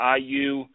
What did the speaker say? IU